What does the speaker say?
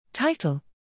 Title